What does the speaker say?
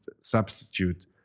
substitute